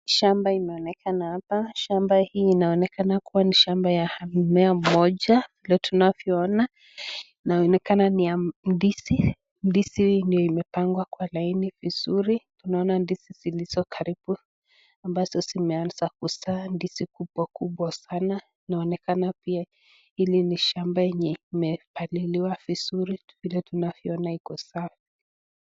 Shamba inaonekana hapa. Shamba hii inaonekana kuwa ni shamba ya mmea mmoja vile tunavyoona na inaonekana ni ya ndizi, ndizi hiyo imepangwa kwa laini vizuri .Tunaona ndizi zilizo karibu zimeanza kuzaa ndizi kubwa kubwa linaonekana pia hii shamba yenye iliyopaliliwa vizuri vile tunavyoona iko sawa.